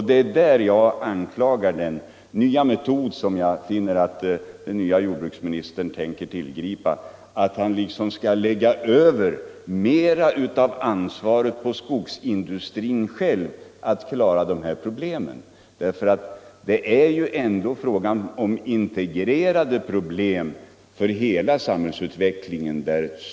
Det är här jag vänder mig emot den nya metod som jag finner att den nuvarande Jordbruksministern tänker tillgripa, nämligen att han vill lägga över mera av ansvaret på skogsindustrin själv då det gäller att klara de här problemen. Det är ändå fråga om problem som gäller hela samhällsutvecklingen.